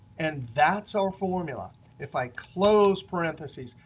and that's our formula if i close parentheses.